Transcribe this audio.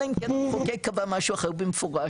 אלא אם כן המחוקק קבע משהו אחר במפורש.